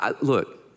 Look